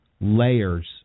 layers